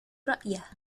رأيه